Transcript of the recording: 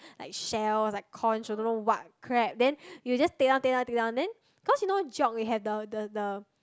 like shells like conchs or don't know what crap then you just take down take down take down then cause you know Geog we have the the the